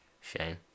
Shane